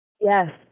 Yes